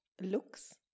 Looks